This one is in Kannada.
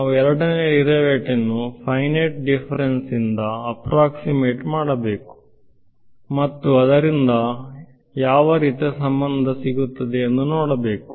ನಾವು ಎರಡನೇ ಡಿರೈವೇಟಿವ್ ಅನ್ನು ಫೈನೈಟ್ ಡಿಫರೆನ್ಸ್ ಇಂದ ಆಪ್ಪ್ರಾಕ್ಸಿಮೇಟ್ ಮಾಡಬೇಕು ಮತ್ತು ಅದರಿಂದ ಯಾವ ರೀತಿಯ ಸಂಬಂಧ ಸಿಗುತ್ತದೆ ಎಂದು ನೋಡಬೇಕು